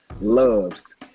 Loves